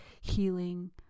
healing